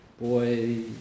boy